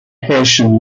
haitian